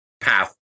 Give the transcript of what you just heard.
path